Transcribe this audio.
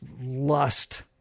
lust